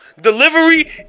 Delivery